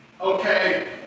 Okay